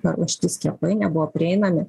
paruošti skiepai nebuvo prieinami